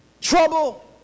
trouble